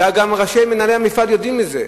וגם מנהלי המפעל יודעים את זה,